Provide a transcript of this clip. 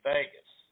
Vegas